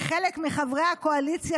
וחלק מחברי הקואליציה,